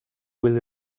will